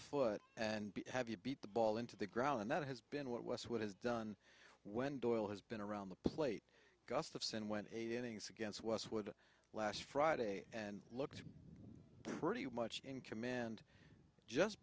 foot and have you beat the ball into the ground and that has been what westwood has done when doyle has been around the plate gustafson went eight innings against westwood last friday and looked pretty much in command just